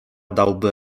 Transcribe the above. dałby